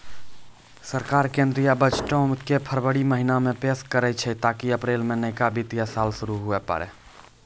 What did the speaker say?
सरकार केंद्रीय बजटो के फरवरी महीना मे पेश करै छै ताकि अप्रैल मे नयका वित्तीय साल शुरू हुये पाड़ै